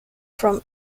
from